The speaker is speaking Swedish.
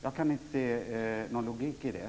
Jag kan inte se någon logik i det.